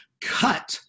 cut